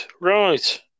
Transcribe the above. Right